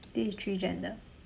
this is three gen 的